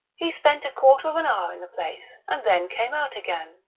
he spent a quarter of an hour in the place, and then came out again.